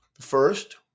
First